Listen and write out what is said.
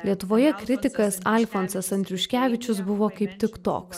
lietuvoje kritikas alfonsas andriuškevičius buvo kaip tik toks